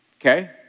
okay